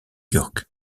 york